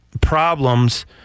problems